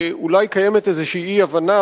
אני מבין שאולי קיימת איזושהי אי-הבנה,